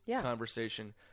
conversation